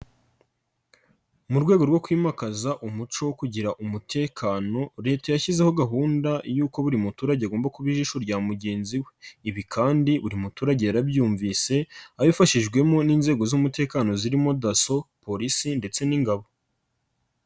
Mu rwego rwo kwimakaza umuco wo kugira umutekano, Leta yashyizeho gahunda y'uko buri muturage agomba kuba ijisho rya mugenzi we, ibi kandi buri muturage yarabyumvise abifashijwemo n'inzego z'umutekano zirimo DASSO, polisi ndetse n'ingabo.